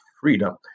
Freedom